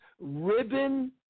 ribbon